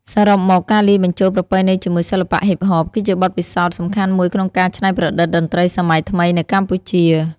សរុបមក ការលាយបញ្ចូលប្រពៃណីជាមួយសិល្បៈហ៊ីបហប គឺជាបទពិសោធន៍សំខាន់មួយក្នុងការច្នៃប្រឌិតតន្ត្រីសម័យថ្មីនៅកម្ពុជា។